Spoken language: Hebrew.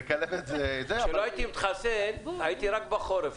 אם לא הייתי מתחסן הייתי חולה רק בחורף,